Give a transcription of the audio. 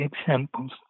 examples